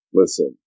listen